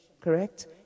Correct